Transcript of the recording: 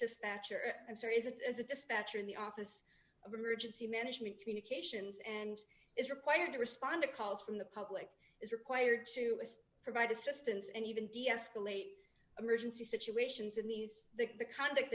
dispatcher answer isn't as a dispatcher in the office of emergency management communications and is required to respond to calls from the public is required to provide assistance and even deescalate emergency situations in these that the conduct